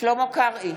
שלמה קרעי,